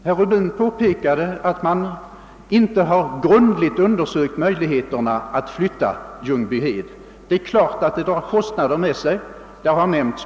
Herr Rubin påpekade att man inte grundligt har undersökt möjligheterna att flytta Ljungbyhed. En sådan flyttning skulle givetvis dra kostnader med sig.